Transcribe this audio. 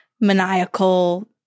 maniacal